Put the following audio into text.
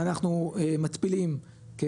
ואנחנו מתפילים,